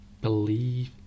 Believe